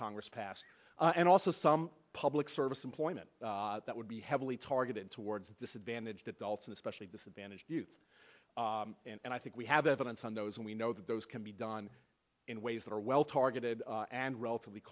congress passed and also some public service employment that would be heavily targeted towards the disadvantaged at dolphin especially disadvantaged youth and i think we have evidence on those and we know that those can be done in ways that are well targeted and relatively